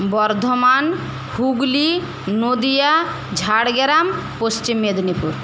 Bardhaman Hooghly Nadia Jhargram Paschim Medinipur